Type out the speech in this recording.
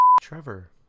Trevor